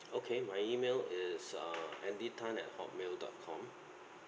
okay my email is err andy tan at hotmail dot com